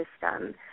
system